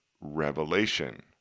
revelation